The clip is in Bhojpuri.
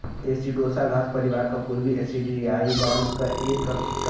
एसिडोसा घास परिवार क पूर्वी एसियाई बांस क एक प्रकार होला